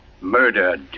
murdered